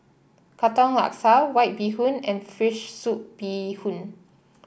Katong Laksa White Bee Hoon and fish soup Bee Hoon